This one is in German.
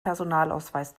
personalausweis